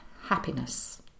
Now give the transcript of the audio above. happiness